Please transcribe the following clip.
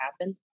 happen